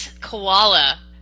koala